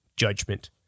Judgment